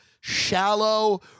shallow